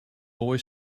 boy